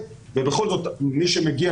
ולכן גם PCR ברגיל,